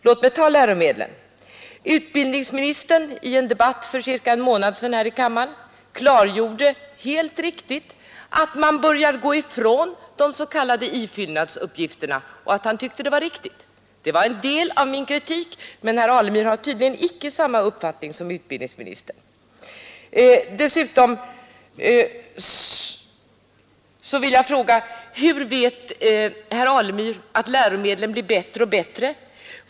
Låt mig ta läromedlen! Utbildningsministern klargjorde i en debatt för ca en månad sedan här i kammaren helt riktigt, att man börjar gå ifrån de s.k. ifyllnadsuppgifterna, och han tyckte att det var riktigt. En del av min kritik gällde just de här uppgifterna. Herr Alemyr har tydligen icke samma uppfattning som utbildningsministern. Dessutom vill jag fråga: Hur vet herr Alemyr att läromedlen blir bättre och bättre?